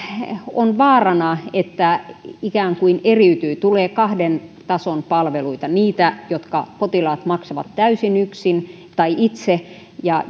on vaarana että palvelut ikään kuin eriytyvät ja tulee kahden tason palveluita ne jotka potilaat maksavat täysin itse ja